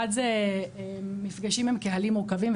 אחד זה מפגשים עם קהלים מורכבים,